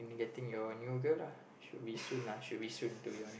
getting your new girl lah should be soon lah should be soon to be honest